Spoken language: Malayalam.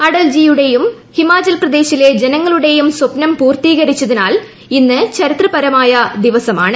അടൽ ജിയുടെയും ഹിമാചൽ പ്രദേശിലെ ജനങ്ങളുടെയും സ്വപ്നം പൂർത്തീകരിച്ചതിനാൽ ഇന്ന് ചരിത്രപരമായ ദിവസമാണ്